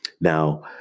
Now